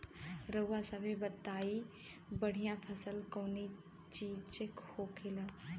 रउआ सभे बताई बढ़ियां फसल कवने चीज़क होखेला?